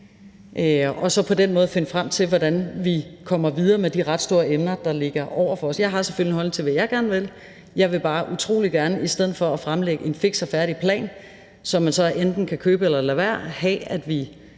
og så på den måde finde frem til, hvordan vi kommer videre med de ret store emner, der ligger foran os. Jeg har selvfølgelig en holdning til, hvad jeg gerne vil. Jeg vil bare utrolig gerne i stedet for at fremlægge en fiks og færdig plan, som man så enten kan købe eller lade være, have, at vi